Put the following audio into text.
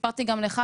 סיפרתי גם לך,